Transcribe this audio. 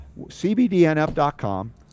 cbdnf.com